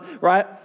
right